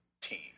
team